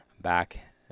back